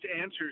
answers